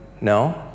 No